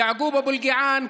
יעקוב אבו אלקיעאן,